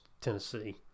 Tennessee